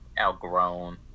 outgrown